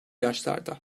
yaşlarda